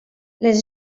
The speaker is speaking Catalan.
les